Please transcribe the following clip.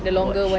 watch